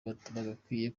batagakwiye